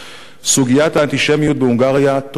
סוגיית האנטישמיות בהונגריה תופסת,